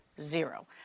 zero